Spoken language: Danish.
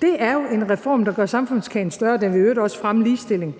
Det er jo en reform, der gør samfundskagen større, og den vil i øvrigt også fremme ligestillingen